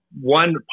one